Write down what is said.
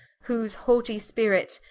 whose haughtie spirit,